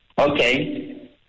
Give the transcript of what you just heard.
Okay